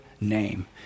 name